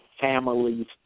families